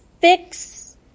fix